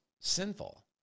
sinful